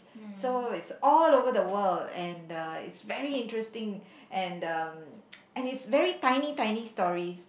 so it's all over the world and uh it's very interesting and um and it's very tiny tiny stories